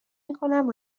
میکنم